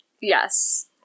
Yes